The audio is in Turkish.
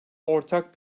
ortak